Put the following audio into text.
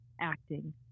acting